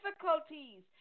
Difficulties